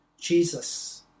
Jesus